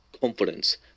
confidence